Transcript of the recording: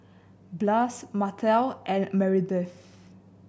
Blas Martell and Maribeth